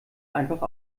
einfach